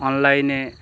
অনলাইনে